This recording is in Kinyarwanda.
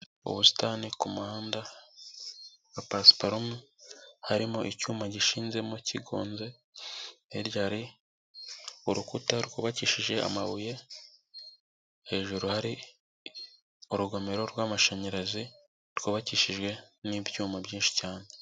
Ubusitani ku muhanda na pasiparume harimo icyuma gishinzemo kigonze, hirya hari urukuta rwubakishije amabuye, hejuru hari urugomero rw'amashanyarazi rwubakishijwe n'ibyuma byinshi cyane.